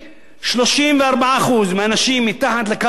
34% מהאנשים מתחת לקו העוני הם אנשים